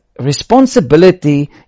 responsibility